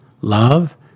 love